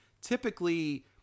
typically